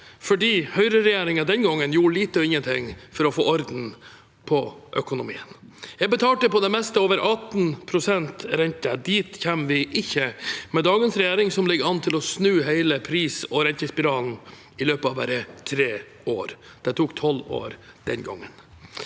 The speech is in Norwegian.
fordi Høyre-regjeringen den gangen gjorde lite og ingenting for å få orden på økonomien. Jeg betalte på det meste over 18 pst. rente. Dit kommer vi ikke med dagens regjering, som ligger an til å snu hele pris- og rentespiralen i løpet av bare tre år. Det tok tolv år den gangen.